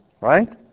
Right